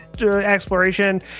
exploration